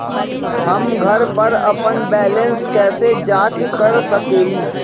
हम घर पर अपन बैलेंस कैसे जाँच कर सकेली?